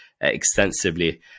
extensively